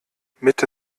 mitte